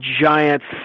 Giants